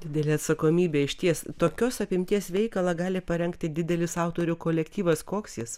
didelė atsakomybė išties tokios apimties veikalą gali parengti didelis autorių kolektyvas koks jis